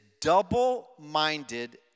double-minded